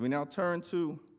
i mean now turn to